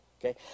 Okay